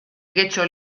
getxo